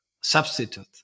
substitute